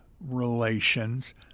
relations